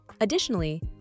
Additionally